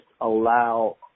allow